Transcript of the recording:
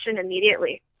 immediately